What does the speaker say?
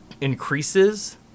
increases